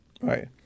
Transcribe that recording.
Right